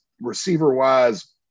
receiver-wise